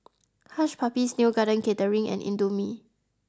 Hush Puppies Neo Garden Catering and Indomie